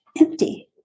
empty